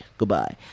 goodbye